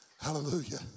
Hallelujah